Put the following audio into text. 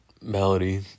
Melody